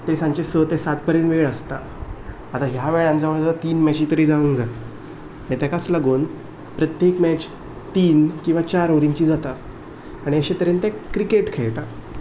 ते सांजचे स ते सात परेन वेळ आसता आतां ह्या वेळान जवळ जवळ तीन मॅची तरी जावंक जाय मागीर ताकाच लागून प्रत्येक मॅच तीन किंवां चार ओव्हरींची जाता आनी अशे तरेन ते क्रिकेट खेळटात